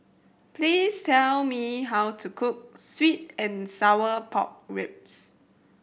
please tell me how to cook sweet and sour pork ribs